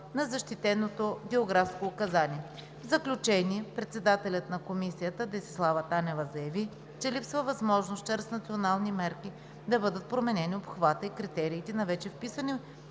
на защитеното географско указание. В заключение председателят на Комисията Десислава Танева заяви, че липсва възможност чрез национални мерки да бъдат променени обхватът и критериите на вече вписани